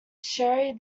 sherry